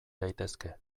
daitezke